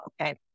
okay